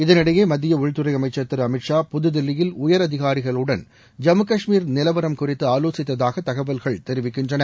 இதனிடையே மத்திய உள்துறை அமைச்சர் திரு அமித் ஷா புதுதில்லியில் உயர் அதிகாரிகளுடன் ஜம்மு காஷ்மீர் நிலவரம் குறித்து ஆவோசித்ததாக தகவல்கள் தெரிவிக்கின்றன